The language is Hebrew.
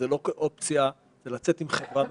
זה לא כאופציה, הוא לצאת עם חברה מחוזקת.